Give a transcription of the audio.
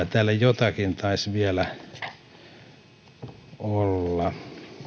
täällä jotakin taisi vielä olla